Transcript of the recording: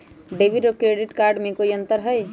Debit और credit card में कई अंतर हई?